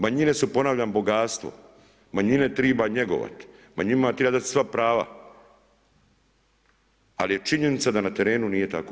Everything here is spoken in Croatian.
Manjine su ponavljam bogatstvo, manjine treba njegovati, ma njima treba da ti sva prava ali je činjenica da na terenu nije tako.